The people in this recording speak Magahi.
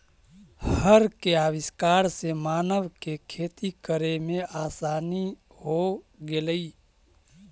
हर के आविष्कार से मानव के खेती करे में आसानी हो गेलई